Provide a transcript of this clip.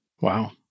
Wow